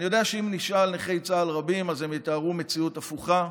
אני יודע שאם נשאל נכי צה"ל רבים הם יתארו מציאות הפוכה,